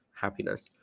happiness